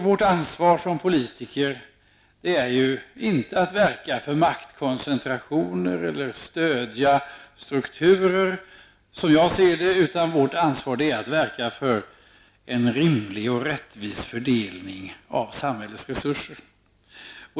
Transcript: Vårt ansvar som politiker är, som jag ser det, inte att verka för maktkoncentrationer eller att stödja strukturer, utan vårt ansvar är att verka för en rimlig och rättvis fördelning av samhällets resurser.